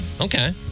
Okay